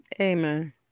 Amen